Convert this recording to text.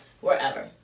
wherever